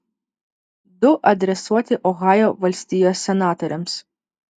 du adresuoti ohajo valstijos senatoriams